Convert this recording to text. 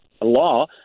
law